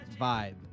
vibe